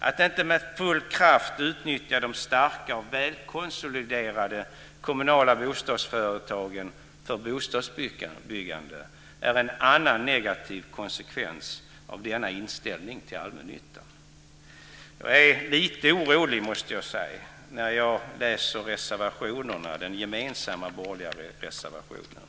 Att inte med full kraft utnyttja de starka och välkonsoliderade kommunala bostadsföretagen för bostadsbyggande är en annan negativ konsekvens av denna inställning till allmännyttan. Jag måste säga att jag blir lite orolig när jag läser den gemensamma borgerliga reservationen.